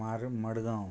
मार मडगांव